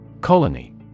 Colony